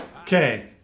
Okay